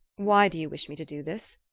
why do you wish me to do this?